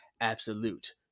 absolute